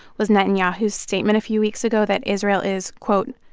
was netanyahu's statement a few weeks ago that israel is, quote,